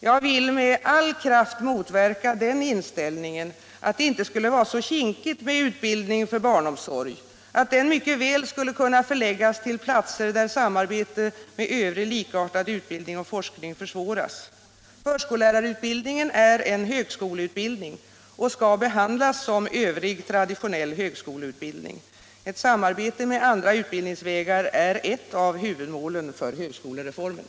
Jag vill med all kraft motverka den inställningen, att det inte skulle vara så kinkigt med utbildningen inom barnomsorgen och att den utbildningen mycket väl skulle kunna förläggas till platser där samarbete 173 med övrig likartad utbildning och forskning försvåras. Förskollärarutbildningen är en högskoleutbildning och skall behandlas som övrig traditionell högskoleutbildning. Ett samarbete mellan olika utbildningsvägar är ett av huvudmålen för högskolereformen.